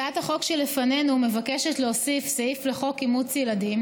הצעת החוק שלפנינו מבקשת להוסיף סעיף לחוק אימוץ ילדים